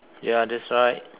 ya that's right